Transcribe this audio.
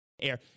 Air